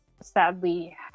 sadly